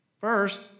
First